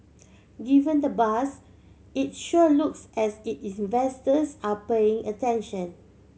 given the buzz it sure looks as E investors are paying attention